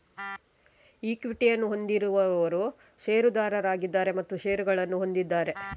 ಈಕ್ವಿಟಿಯನ್ನು ಹೊಂದಿರುವವರು ಷೇರುದಾರರಾಗಿದ್ದಾರೆ ಮತ್ತು ಷೇರುಗಳನ್ನು ಹೊಂದಿದ್ದಾರೆ